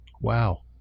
Wow